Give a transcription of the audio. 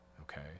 Okay